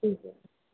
ਠੀਕ ਹੈ